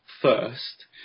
first